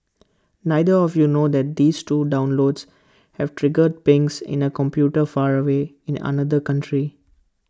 neither of you know that these two downloads have triggered pings in A computer far away in another country